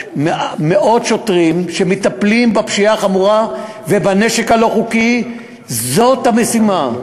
מאות שוטרים שמטפלים בפשיעה החמורה ובנשק הלא-חוקי זאת המשימה.